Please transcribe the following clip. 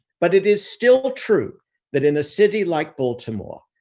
but it is still true that in a city like baltimore,